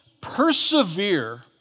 persevere